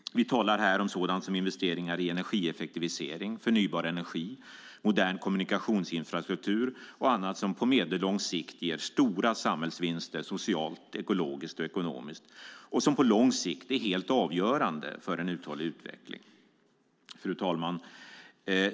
Vi talar här om sådant som investeringar i energieffektivisering, förnybar energi, modern kommunikationsinfrastruktur och annat som på medellång sikt ger stora samhällsvinster socialt, ekologiskt och ekonomiskt och som på lång sikt är helt avgörande för en uthållig utveckling. Fru talman!